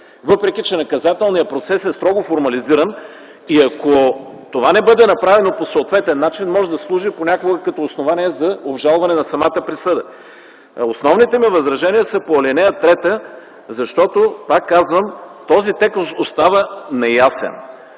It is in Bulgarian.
въпреки че наказателният процес е строго формализиран и ако това не бъде направено по съответен начин, може да служи понякога като основание за обжалване на самата присъда. Основните ми възражения са по ал. 3, защото, пак казвам, този текст остава неясен.